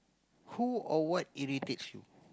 who or what irritates you